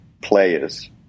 players